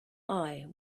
eye